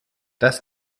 das